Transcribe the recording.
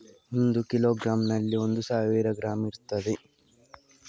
ಒಂದು ಕಿಲೋಗ್ರಾಂನಲ್ಲಿ ಒಂದು ಸಾವಿರ ಗ್ರಾಂ ಇರ್ತದೆ